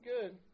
good